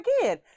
again